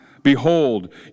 Behold